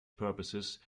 purposes